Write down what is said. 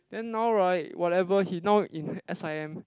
then now right whatever he now in s_i_m